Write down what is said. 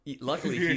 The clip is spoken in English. Luckily